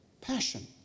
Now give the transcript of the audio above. passion